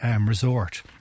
resort